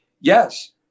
yes